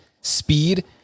speed